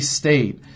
state